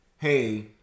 hey